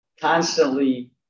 constantly